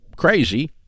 crazy